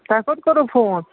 تۄہہِ کوٚت کورُو فون